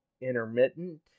intermittent